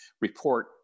report